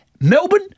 Melbourne